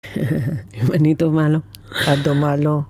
אני דומה לו, את דומה לו